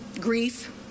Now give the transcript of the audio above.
grief